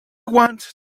wanted